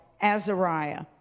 azariah